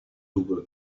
double